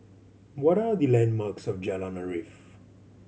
what are the landmarks of Jalan Arif